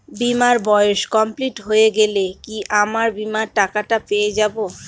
বীমার বয়স কমপ্লিট হয়ে গেলে কি আমার বীমার টাকা টা পেয়ে যাবো?